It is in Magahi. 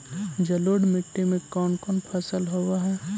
जलोढ़ मट्टी में कोन कोन फसल होब है?